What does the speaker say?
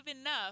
enough